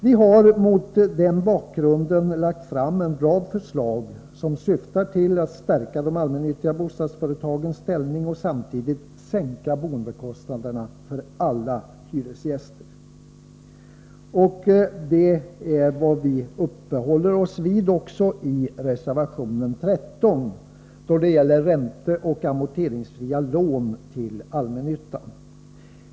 Vi har mot den bakgrunden lagt fram en rad förslag som syftar till att stärka de allmännyttiga bostadsföretagens ställning och samtidigt sänka boendekostnaderna för alla hyresgäster. Det är också vad vi uppehåller oss vid i reservation 12, som gäller ränteoch amorteringsfria lån till allmännyttan.